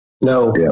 No